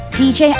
dj